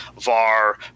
VAR